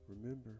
remember